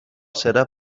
serà